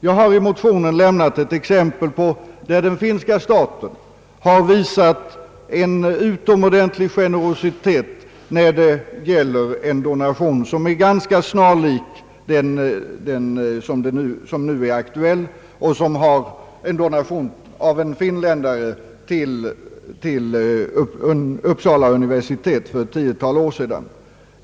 Jag har i motionen lämnat exempel på hur den finska staten har visat en utomordentlig generositet när det gäller en donation som är ganska snarlik den nu aktuella. Det gällde en donation för ett tiotal år sedan av en finländare till Uppsala universitet.